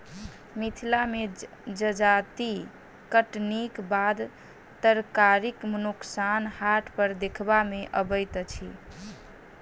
मिथिला मे जजाति कटनीक बाद तरकारीक नोकसान हाट पर देखबा मे अबैत अछि